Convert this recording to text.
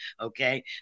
okay